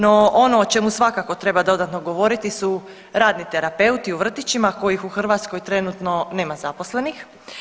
No ono o čemu svakako treba dodatno govoriti su radni terapeuti u vrtićima kojih u Hrvatskoj trenutno nema zaposlenih.